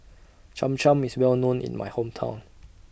Cham Cham IS Well known in My Hometown